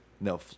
No